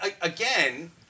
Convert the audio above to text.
again